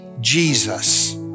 Jesus